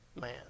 man